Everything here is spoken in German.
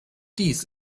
dies